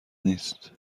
نیست